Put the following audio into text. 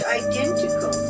identical